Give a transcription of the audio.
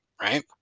right